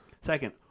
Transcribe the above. Second